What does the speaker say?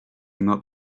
not